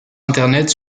internet